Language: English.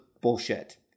bullshit